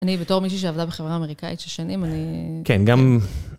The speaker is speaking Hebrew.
אני בתור מישהי שעבדה בחברה אמריקאית של שנים, אני... כן, גם...